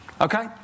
Okay